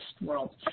world